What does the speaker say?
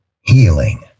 healing